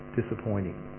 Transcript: disappointing